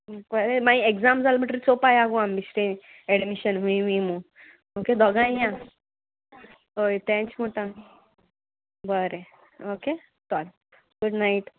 बरें मागीर एग्जाम जाल म्हटरी चोपाय आगो आमी स्टे एडमिशन हूमूय मुगे दोगांय या तेंच म्हुटां बरें ओके चल गूड नायट